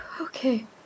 okay